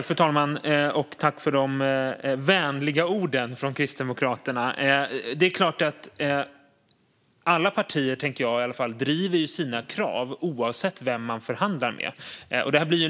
Fru talman! Jag tackar för de vänliga orden från Kristdemokraterna. Alla partier driver sina krav oavsett vem de förhandlar med.